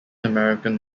american